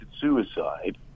suicide